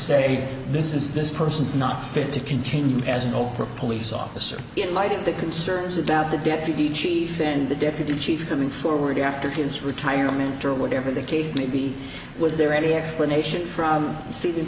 say this is this person is not fit to continue as an oprah police officer in light of the concerns about the deputy chief and the deputy chief coming forward after his retirement or whatever the case may be was there any explanation from